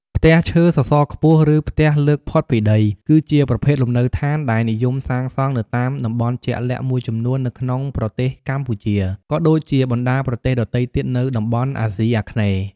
ផ្ទះឈើសសរខ្ពស់ ឬផ្ទះលើកផុតពីដី គឺជាប្រភេទលំនៅឋានដែលនិយមសាងសង់នៅតាមតំបន់ជាក់លាក់មួយចំនួននៅក្នុងប្រទេសកម្ពុជា ក៏ដូចជាបណ្តាប្រទេសដទៃទៀតនៅតំបន់អាស៊ីអាគ្នេយ៍ ។